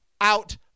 out